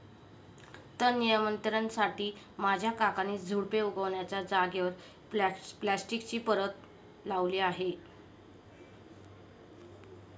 तण नियंत्रणासाठी माझ्या काकांनी झुडुपे उगण्याच्या जागेवर प्लास्टिकची परत लावली आहे